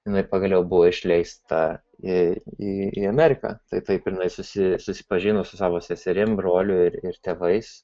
jinai pagaliau buvo išleista į į ameriką tai taip jinai susi susipažino su savo seserim broliu ir ir tėvais